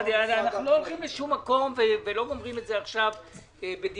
אני מבקש להגיד כדלהלן: